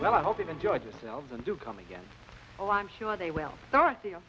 well i hope you enjoyed yourselves and do come again or i'm sure they will start t